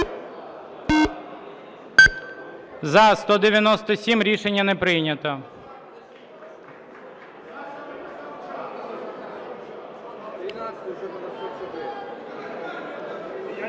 За-124 Рішення не прийнято.